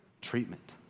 treatment